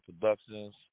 Productions